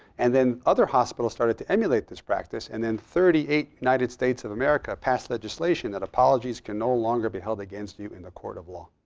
and then other hospitals started to emulate this practice. and then thirty eight united states of america passed legislation that apologies can no longer be held against you in a court of law.